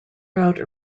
route